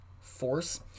force